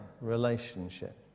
relationship